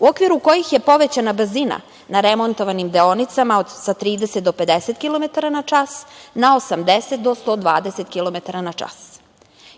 u okviru kojih je povećana brzina na remontovanim deonicama sa 30 do 50 km na čas, na 80 do 120 km na čas.